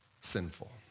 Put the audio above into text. sinful